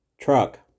truck